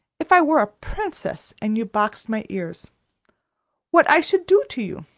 if i were a princess and you boxed my ears what i should do to you.